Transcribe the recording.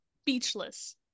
speechless